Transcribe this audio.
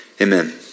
Amen